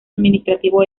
administrativo